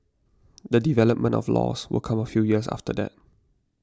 the development of laws will come a few years after that